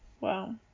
Wow